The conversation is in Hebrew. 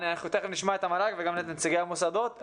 אנחנו תיכף נשמע את המל"ג וגם את נציגי המוסדות,